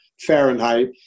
Fahrenheit